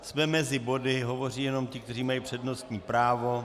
Jsme mezi body, hovoří jenom ti, kteří mají přednostní právo.